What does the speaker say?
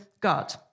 God